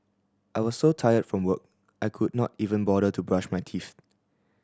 I was so tired from work I could not even bother to brush my teeth